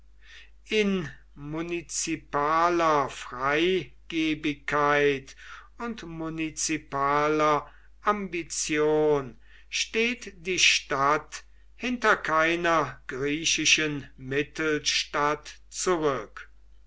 in munizipaler freigebigkeit und munizipaler ambition steht die stadt hinter keiner griechischen mittelstadt zurück